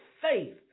faith